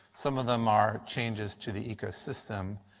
some of them are changes to the ecosystem.